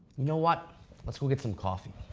know what let's go get some coffee.